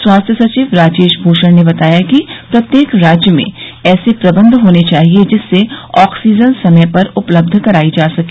स्वास्थ्य सचिव राजेश भूषण ने बताया कि प्रत्येक राज्य में ऐसे प्रबंध होने चाहिए जिससे ऑक्सीजन समय पर उपलब्ध कराई जा सके